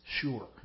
sure